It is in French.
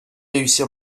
réussir